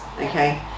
okay